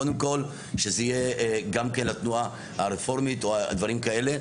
קודם כל שזה יהיה גם כן לתנועה הרפורמית או דברים כאלה,